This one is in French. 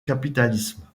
capitalisme